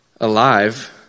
alive